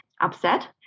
upset